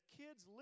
kids